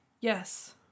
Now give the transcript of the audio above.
Yes